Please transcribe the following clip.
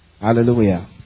Hallelujah